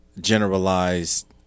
generalized